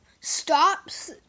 stops